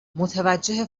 متوجه